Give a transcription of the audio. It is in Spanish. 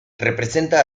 representa